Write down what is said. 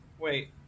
wait